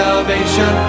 Salvation